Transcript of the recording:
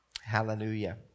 Hallelujah